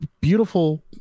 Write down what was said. beautiful